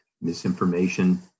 misinformation